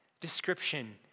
description